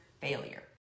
failure